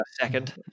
second